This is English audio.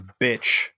bitch